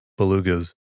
belugas